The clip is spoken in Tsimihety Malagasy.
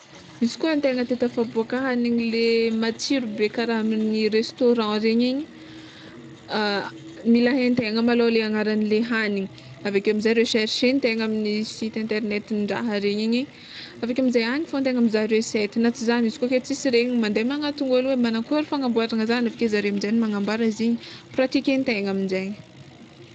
Izy tegna te hatafaboaka hagniny le matsiro be kara amin'ny restaurant regne igny mila haintegna malôha le agnaranle hagniny aveke amizay recherchentegna amin'ny site internetindraha regny igny aveke amizay agny fôgna antegna mizaha resety na tsy zany izy koa ke tsisy regny mande magnaton'ôlo hoe magnankory fagnamboarana aveke zare amizay magnambara izy igny pratikentegna igny aminjegny.